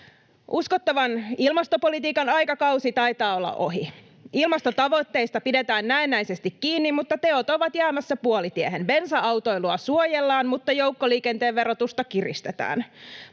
Uskottavan ilmastopolitiikan aikakausi taitaa olla ohi. Ilmastotavoitteista pidetään näennäisesti kiinni, mutta teot ovat jäämässä puolitiehen: Bensa-autoilua suojellaan mutta joukkoliikenteen verotusta kiristetään.